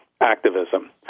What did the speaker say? activism